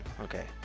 Okay